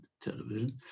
television